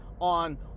on